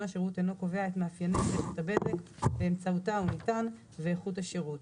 השירות אינו קובע את מאפייני רשת הבזק באמצעותה הוא ניתן ואיכות השירות,"